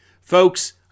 Folks